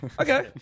okay